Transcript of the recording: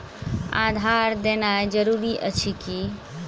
आधार देनाय जरूरी अछि की?